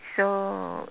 so